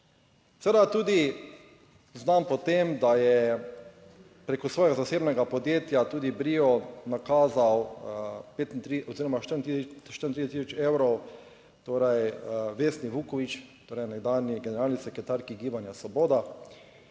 Seveda tudi znan po tem, da je preko svojega zasebnega podjetja tudi Brio nakazal petini oziroma 34 tisoč evrov, torej Vesni Vuković, torej nekdanji generalni sekretarki Gibanja Svoboda